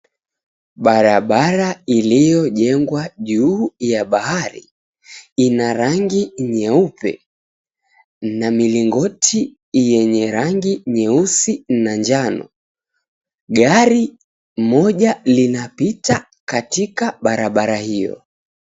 Barabara iliojengwa juu ya bahari ina rangi nyeupe na milingoti yenye rangi nyeusi na njano. Gari moja linapita katika barabara hio.